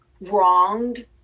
wronged